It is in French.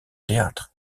théâtre